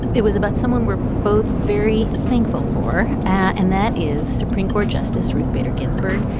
it was about someone we're both very thankful for, and that is supreme court justice ruth bader ginsburg.